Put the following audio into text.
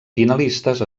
finalistes